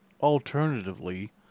alternatively